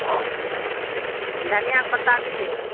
हम धनियाँ पत्ता भी लेब